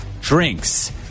drinks